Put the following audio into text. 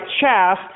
chaff